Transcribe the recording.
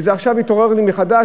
וזה עכשיו התעורר לי מחדש,